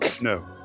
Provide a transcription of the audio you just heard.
No